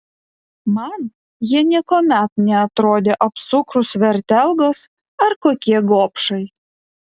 man jie niekuomet neatrodė apsukrūs vertelgos ar kokie gobšai